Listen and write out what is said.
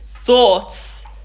Thoughts